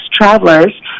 travelers